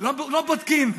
לא בודקים,